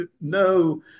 no